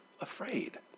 afraid